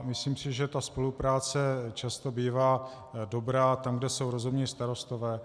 Myslím si, že ta spolupráce často bývá dobrá tam, kde jsou rozumní starostové.